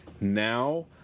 now